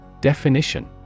Definition